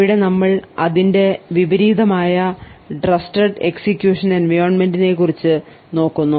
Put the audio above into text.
ഇവിടെ നമ്മൾ അതിന്റെ വിപരീതം ആയ ട്രസ്റ്റഡ് എക്സിക്യൂഷൻ എൻവയോൺമെന്റിനെ കുറിച്ച് നോക്കുന്നു